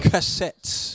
Cassettes